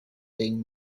being